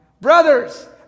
Brothers